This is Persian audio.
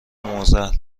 معضل